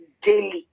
daily